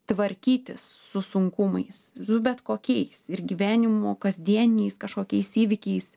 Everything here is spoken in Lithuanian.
tvarkytis su sunkumais su bet kokiais ir gyvenimo kasdieniais kažkokiais įvykiais